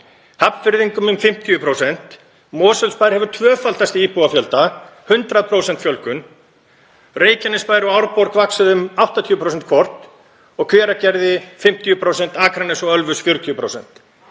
Hafnfirðingum um 50%. Mosfellsbær hefur tvöfaldast í íbúafjölda, 100% fjölgun. Reykjanesbær og Árborg hafa vaxið um 80% hvort og Hveragerði um 50%, Akranes og Ölfus um 40%.